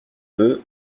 eux